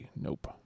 Nope